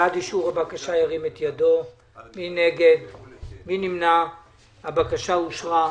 הצבעה בעד 5 נגד אין נמנעים אין הבקשה אושרה.